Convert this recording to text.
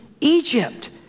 Egypt